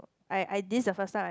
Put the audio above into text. I I this the first time I'm